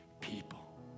people